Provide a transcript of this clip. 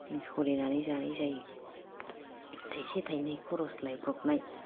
जों सलिनानै जानाय जायो थाइसे थाइनै खरस' लायब्रबनाय